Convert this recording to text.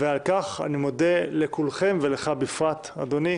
ועל כך אני מודה לכולכם, ולך בפרט, אדוני.